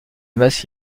masse